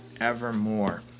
evermore